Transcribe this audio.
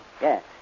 Yes